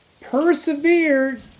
persevered